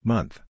Month